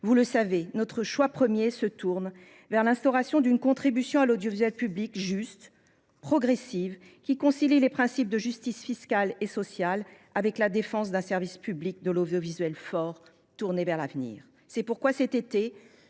Vous le savez, notre choix premier consiste en l’instauration d’une contribution à l’audiovisuel public, juste et progressive, qui concilie les principes de justice fiscale et sociale avec la défense d’un service public de l’audiovisuel fort, tourné vers l’avenir. C’est pourquoi, l’été